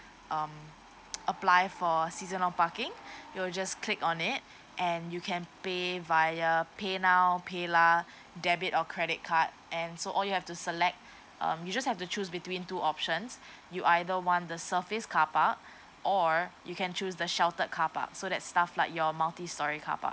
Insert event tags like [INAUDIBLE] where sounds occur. um [NOISE] apply for seasonal parking you just click on it and you can pay via paynow paylah debit or credit card and so all you have to select um you just have to choose between two options you either one the surface car park or you can choose the sheltered car park so that stuff like your multi storey carpark